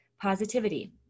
positivity